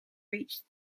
reached